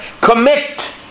commit